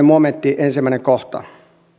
momentti ensimmäinen kohta